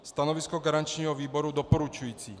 Stanovisko garančního výboru je doporučující.